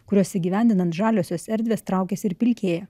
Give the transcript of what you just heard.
kuriuos įgyvendinant žaliosios erdvės traukiasi ir pilkėja